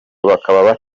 bakaba